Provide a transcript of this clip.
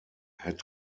had